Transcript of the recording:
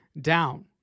down